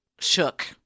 shook